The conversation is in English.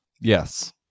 Yes